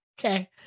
okay